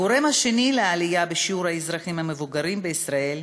הגורם השני לעלייה בשיעור האזרחים המבוגרים בישראל